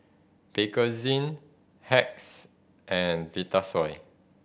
Bakerzin Hacks and Vitasoy